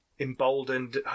emboldened